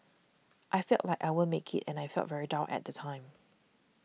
I felt like I won't make it and I felt very down at time